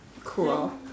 claw